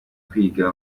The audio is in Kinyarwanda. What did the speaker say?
kwiga